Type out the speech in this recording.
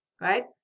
Right